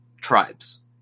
tribes